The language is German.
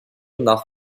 nach